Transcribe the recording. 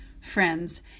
friends